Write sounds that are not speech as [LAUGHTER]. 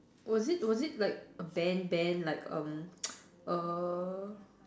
was it was it like a band band like um [NOISE] err